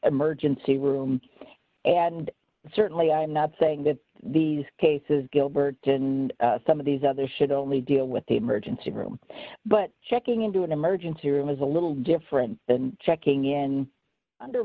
emergency room and certainly i'm not saying that these cases gilbert to some of these other should only deal with the emergency room but checking into an emergency room is a little different than checking in under